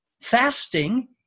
Fasting